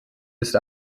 ist